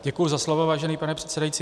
Děkuji za slovo, vážený pane předsedající.